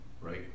right